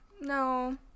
No